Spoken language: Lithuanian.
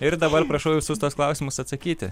ir dabar prašau visus tuos klausimus atsakyti